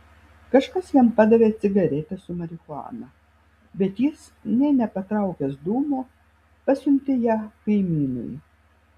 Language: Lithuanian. kažkas jam padavė cigaretę su marihuana bet jis nė nepatraukęs dūmo pasiuntė ją kaimynui